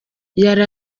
yari